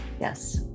Yes